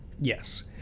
yes